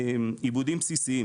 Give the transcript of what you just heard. עיבודים בסיסיים